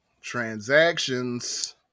Transactions